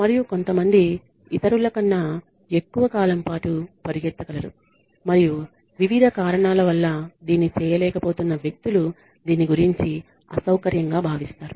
మరియు కొంతమంది ఇతరులకన్నా ఎక్కువ కాలం పాటు పరిగెత్తగలరు మరియు వివిధ కారణాల వల్ల దీన్ని చేయలేకపోతున్న వ్యక్తులు దీని గురించి అసౌకర్యంగా భావిస్తారు